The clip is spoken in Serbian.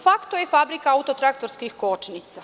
FAK, to je fabrika auto-traktorskih kočnica.